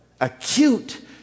Acute